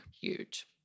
Huge